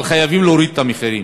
אבל חייבים, להוריד את המחירים.